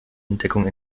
entdeckung